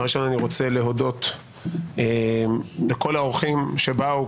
דבר ראשון אני רוצה להודות לכל האורחים שבאו,